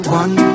one